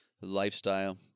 lifestyle